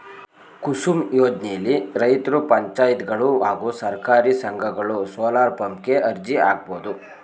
ಕುಸುಮ್ ಯೋಜ್ನೆಲಿ ರೈತ್ರು ಪಂಚಾಯತ್ಗಳು ಹಾಗೂ ಸಹಕಾರಿ ಸಂಘಗಳು ಸೋಲಾರ್ಪಂಪ್ ಗೆ ಅರ್ಜಿ ಹಾಕ್ಬೋದು